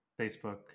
Facebook